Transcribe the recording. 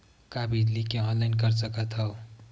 का बिजली के ऑनलाइन कर सकत हव?